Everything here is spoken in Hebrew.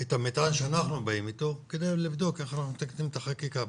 את המטען שאנחנו באים איתו כדי לבדוק איך אנחנו מתקנים את החקיקה.